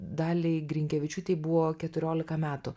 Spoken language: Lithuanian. daliai grinkevičiūtei buvo keturiolika metų